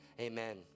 Amen